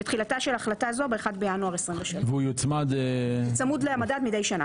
ותחילתה של החלטה זו ב-1 בינואר 23'. צמוד למדד מדי שנה,